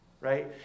right